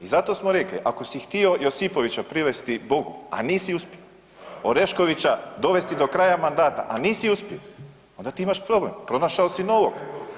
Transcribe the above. I zato smo rekli ako si htio Josipovića privesti Bogu, a nisi uspio, Oreškovića dovesti do kraja mandata, a nisi uspio, onda ti imaš problem, pronašao si novog.